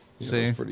See